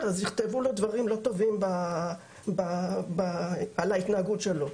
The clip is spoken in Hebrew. אז יכתבו לו דברים לא טובים על ההתנהגות שלו.